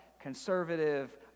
conservative